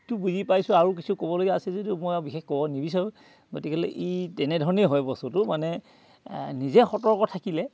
টো বুজি পাইছোঁ আৰু কিছু ক'বলগীয়া আছে যদিও মই আৰু বিশেষ ক'ব নিবিচাৰোঁ গতিকেলৈ ই তেনেধৰণেই হয় বস্তুটো মানে আ নিজে সতৰ্ক থাকিলে